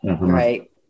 right